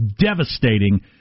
devastating